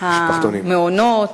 לפי תוכנית משרד התעשייה,